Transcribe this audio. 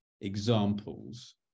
examples